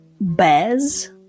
bears